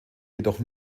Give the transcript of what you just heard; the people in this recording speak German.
jedoch